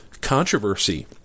controversy